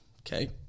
okay